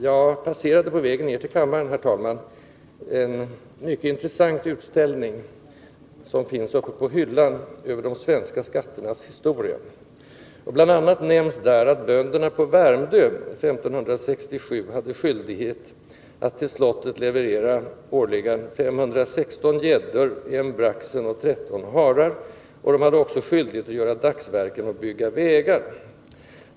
Jag passerade på vägen ned till kammaren, herr talman, den mycket intressanta utställning som finns uppe på ”hyllan” över de svenska skatternas historia. Där nämns bl.a. att bönderna på Värmdö år 1567 hade skyldighet att till slottet leverera bl.a. 516 gäddor, 1 braxen och 13 harar. De hade också skyldighet att göra dagsverken och bygga vägar.